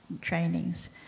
trainings